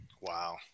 Wow